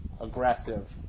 aggressive